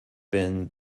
been